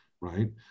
right